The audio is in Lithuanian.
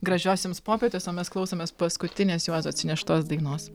gražios jums popietės o mes klausomės paskutinės juozo atsineštos dainos